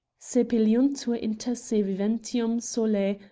sepeliuntur inter se viventium solae,